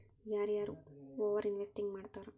ಯಾರ ಯಾರ over investing ಮಾಡ್ತಾರಾ